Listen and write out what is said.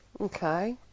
Okay